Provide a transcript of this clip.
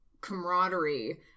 camaraderie